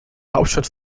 hauptstadt